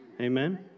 Amen